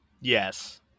Yes